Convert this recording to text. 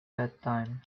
bedtime